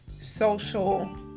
social